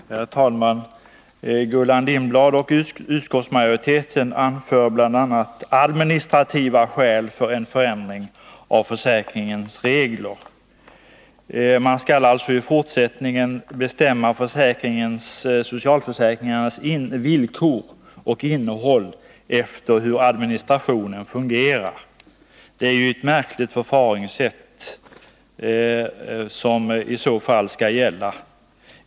Herr talman! Gullan Lindblad och utskottsmajoriteten anför bl.a. administrativa skäl för en förändring av försäkringens regler. Man skall alltså i fortsättningen bestämma socialförsäkringarnas villkor och innehåll efter hur administrationen fungerar! Det är ett märkligt förfaringssätt som i så fall skall gälla!